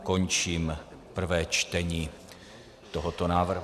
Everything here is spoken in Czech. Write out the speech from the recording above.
Končím prvé čtení tohoto návrhu.